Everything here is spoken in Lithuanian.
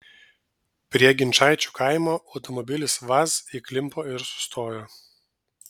prie ginčaičių kaimo automobilis vaz įklimpo ir sustojo